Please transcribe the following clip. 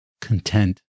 content